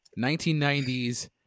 1990s